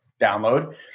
download